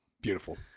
Beautiful